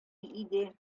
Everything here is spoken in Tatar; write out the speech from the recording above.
иде